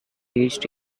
reached